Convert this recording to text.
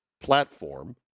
platform